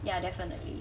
ya definitely